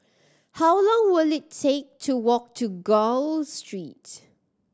how long will it take to walk to Gul Street